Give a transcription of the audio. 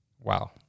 wow